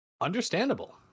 understandable